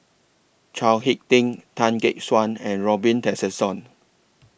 Chao Hick Tin Tan Gek Suan and Robin Tessensohn